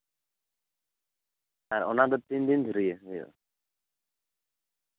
ᱟᱨ ᱚᱱᱟ ᱫᱚ ᱛᱤᱱ ᱫᱷᱩᱨᱭᱟᱹ ᱦᱩᱭᱩᱜᱼᱟ